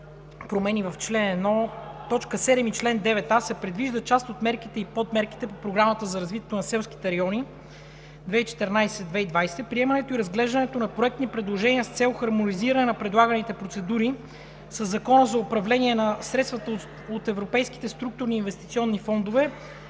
промени в чл. 1, т. 7 и чл. 9а се предвиждат част от мерките и подмерките по Програмата за развитие на селските райони 2014 – 2020. Приемането и разглеждането на проектни предложения с цел хармонизиране на предлаганите процедури със Закона за управление на средствата от европейските структурни инвестиционни фондове